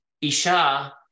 Isha